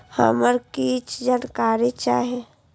हमरा कीछ जानकारी चाही